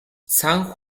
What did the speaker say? san